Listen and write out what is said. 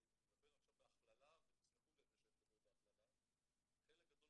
אני מדבר עכשיו בהכללה ותסלחו לי על זה שאני מדבר בהכללה חלק גדול